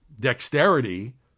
dexterity